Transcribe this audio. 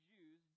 Jews